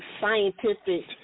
scientific